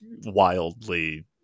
wildly